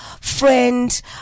Friend